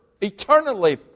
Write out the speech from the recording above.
eternally